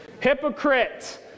Hypocrite